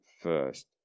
first